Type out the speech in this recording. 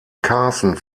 carson